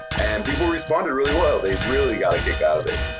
and people responded really well. they really got a kick out of it.